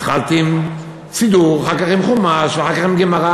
התחלתי עם סידור, אחר כך עם חומש, ואחר כך גמרא.